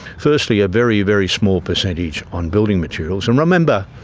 firstly a very, very small percentage on building materials, and remember